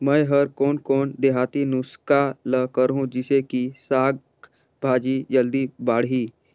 मै हर कोन कोन देहाती नुस्खा ल करहूं? जिसे कि साक भाजी जल्दी बाड़ही?